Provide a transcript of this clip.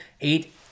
eight